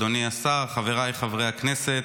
אדוני השר, חבריי חברי הכנסת,